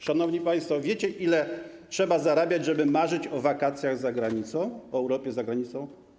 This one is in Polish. Szanowni państwo, wiecie, ile trzeba zarabiać, żeby marzyć o wakacjach za granicą, o urlopie za granicą?